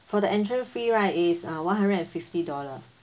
for the entrance fee right is uh one hundred and fifty dollar